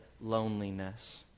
loneliness